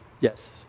Yes